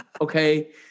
okay